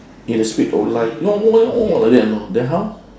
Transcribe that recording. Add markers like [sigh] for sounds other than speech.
and they speak like [noise] then how